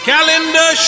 Calendar